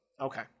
Okay